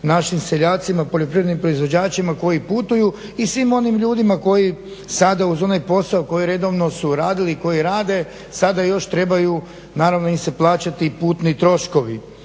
našim seljacima, poljoprivrednim proizvođačima koji putuju i svim onim ljudima koji sada uz onaj posao koji redovno su radili i koje rade, sada još trebaju naravno im se plaćati i putni troškovi.